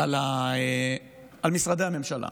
על משרדי הממשלה.